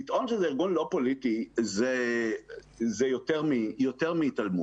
לטעון שזה ארגון לא פוליטי זה יותר מהתעלמות.